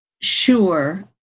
sure